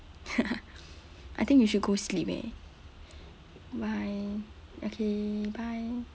I think we should go sleep eh bye okay bye